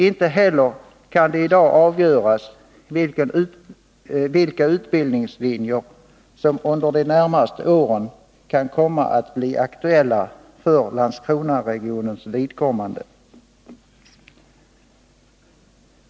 Inte heller kan det i dag avgöras vilka utbildningslinjer som under de närmaste åren kan komma att bli aktuella för Landskronaregionens vidkommande.